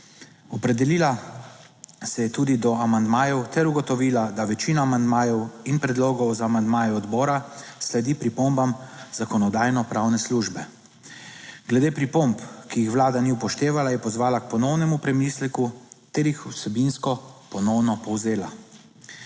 Opredelila se je tudi do amandmajev ter ugotovila, da večina amandmajev in predlogov za amandmaje odbora sledi pripombam Zakonodajno-pravne službe. Glede pripomb, ki jih Vlada ni upoštevala, Je pozvala k ponovnemu premisleku ter jih vsebinsko ponovno povzela.